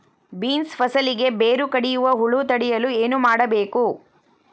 Beans ಫಸಲಿಗೆ ಬೇರು ಕಡಿಯುವ ಹುಳು ತಡೆಯಲು ಏನು ಮಾಡಬೇಕು?